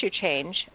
change